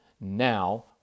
now